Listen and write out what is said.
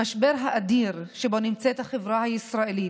במשבר האדיר שבו נמצאת החברה הישראלית,